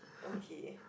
okay